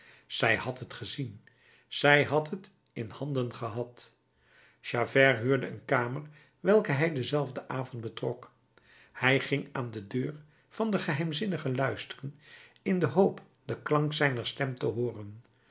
zij had het gezien zij had het in de handen gehad javert huurde een kamer welke hij denzelfden avond betrok hij ging aan de deur van den geheimzinnige luisteren in de hoop den klank zijner stem te hooren